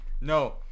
No